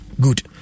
Good